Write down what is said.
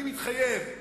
אני מתחייב,